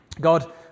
God